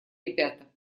ребята